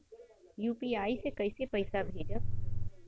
UPI से कईसे पैसा भेजब?